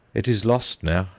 it is lost now,